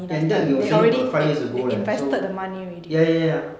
it ended you were saying about five years ago leh so ya ya ya ya